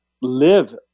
live